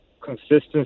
consistency